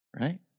Right